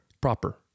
Proper